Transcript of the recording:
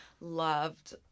loved